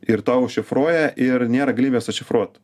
ir tau šifruoja ir nėra galimybės atšifruot